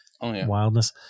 wildness